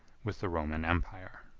with the roman empire.